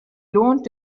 lohnt